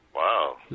Wow